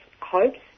hopes